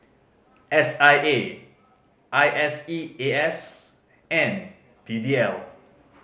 S I A I S E A S and P D L